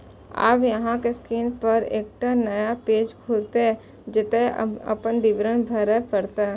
आब अहांक स्क्रीन पर एकटा नया पेज खुलत, जतय अपन विवरण भरय पड़त